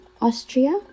Austria